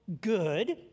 good